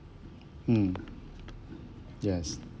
mm yes